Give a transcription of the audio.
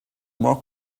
more